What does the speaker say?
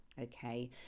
Okay